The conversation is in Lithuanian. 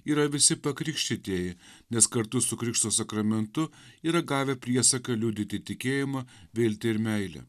yra visi pakrikštytieji nes kartu su krikšto sakramentu yra gavę priesaką liudyti tikėjimą viltį ir meilę